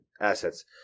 assets